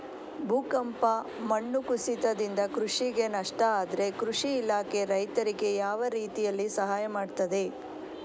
ಭೂಕಂಪ, ಮಣ್ಣು ಕುಸಿತದಿಂದ ಕೃಷಿಗೆ ನಷ್ಟ ಆದ್ರೆ ಕೃಷಿ ಇಲಾಖೆ ರೈತರಿಗೆ ಯಾವ ರೀತಿಯಲ್ಲಿ ಸಹಾಯ ಮಾಡ್ತದೆ?